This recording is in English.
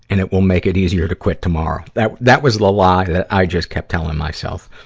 and it will make it easier to quit tomorrow. that, that was the lie that i just kept telling myself.